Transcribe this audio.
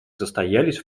состоялись